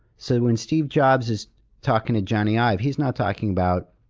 so when steve jobs is talking to jony ive, he's not talking about,